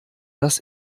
dass